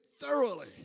Thoroughly